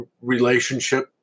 relationship